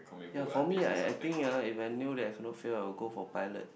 ya for me I think ah if I knew that I cannot fail I will go for pilot